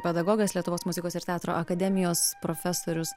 pedagogas lietuvos muzikos ir teatro akademijos profesorius